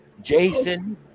Jason